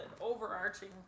overarching